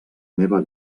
meva